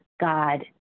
God